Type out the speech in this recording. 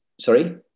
Sorry